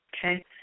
Okay